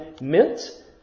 mint